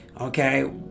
okay